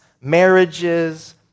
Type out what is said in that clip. marriages